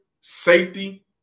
safety